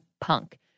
punk